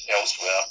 elsewhere